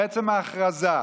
עצם ההכרזה,